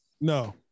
No